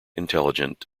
intelligent